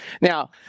Now